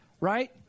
right